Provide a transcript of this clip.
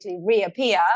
reappear